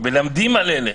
מלמדים על אלה.